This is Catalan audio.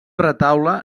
retaule